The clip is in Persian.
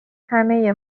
همه